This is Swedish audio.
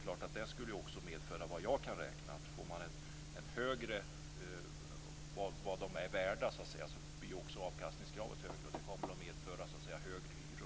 Självklart skulle ett högre värde, så gott jag kan räkna ut, också medföra att avkastningskravet blir högre. Det kommer att medföra högre hyror, såvitt jag kan förstå.